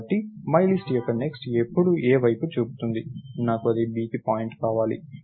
కాబట్టి మైలిస్ట్ యొక్క నెక్స్ట్ ఇప్పుడు A వైపు చూపుతోంది నాకు అది B కి పాయింట్ కావాలి